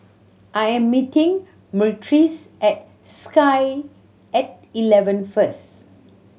I am meeting Myrtis at Sky At Eleven first